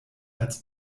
als